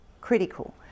critical